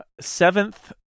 seventh